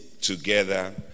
together